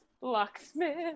Locksmith